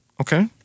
Okay